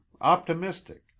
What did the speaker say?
optimistic